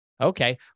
Okay